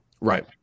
right